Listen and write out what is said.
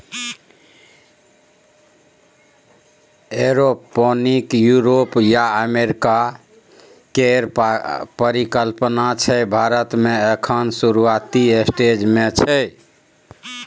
aeroponic Europe आ America केर परिकल्पना छै भारत मे एखन शुरूआती स्टेज मे छै